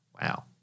Wow